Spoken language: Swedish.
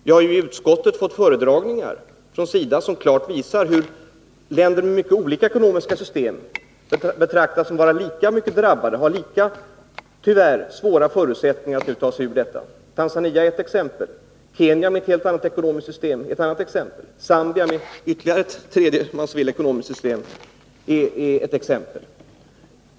Vi har i utskottet fått föredragningar från SIDA som klart visar hur länder med mycket olika ekonomiska system betraktas som lika mycket drabbade och tyvärr har samma svåra förutsättningar att ta sig ur detta. Tanzania är ett exempel. Kenya med ett helt annat ekonomiskt system är ett annat exempel. Zambia, med en annan form av ekonomi, är också ett exempel.